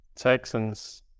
Texans